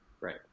Right